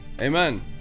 amen